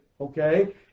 Okay